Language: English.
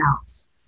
else